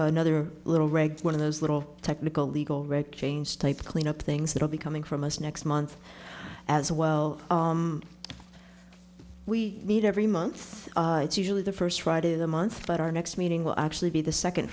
another little reg one of those little technical legal red states clean up things that will be coming from us next month as well we need every month it's usually the first friday of the month but our next meeting will actually be the second